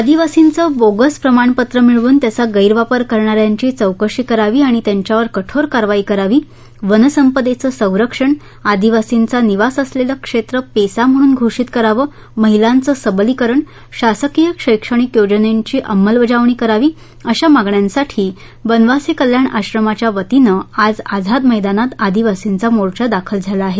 आदिवासींचे बोगस प्रमाणपत्र मिळवून त्याचा गैरवापर करणाऱ्यांची चौकशी करावी आणि त्यांच्यावर कठोर कारवाईकरावी वनसंपदेचं संरक्षण आदिवासींचा निवास असलेलं क्षेत्र पैसा म्हणून घोषित करावे महिलांचं सबलीकरण शासकीय शैक्षणिक योजनेची अंमलबजावणी करावी आदी मागण्यांसाठी वनवासी कल्याण आश्रमाच्या वतीने आज आझाद मैदानात आदिवासींचा मोर्चा दाखल झाला आहे